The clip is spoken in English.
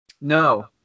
No